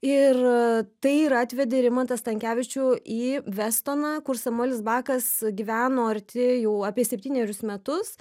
ir tai ir atvedė rimantą stankevičių į vestoną kur samuelis bakas gyveno arti jau apie septynerius metus